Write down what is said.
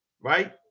right